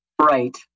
Right